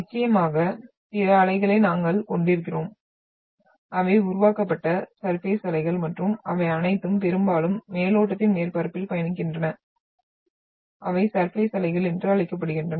நிச்சயமாக பிற அலைகளை நாங்கள் கொண்டிருக்கிறோம் அவை உருவாக்கப்பட்ட சர்பேஸ் அலைகள் மற்றும் அவை அனைத்தும் பெரும்பாலும் மேலோட்டத்தின் மேற்பரப்பில் பயணிக்கின்றன அவை சர்பேஸ் அலைகள் என்று அழைக்கப்படுகின்றன